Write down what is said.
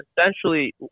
essentially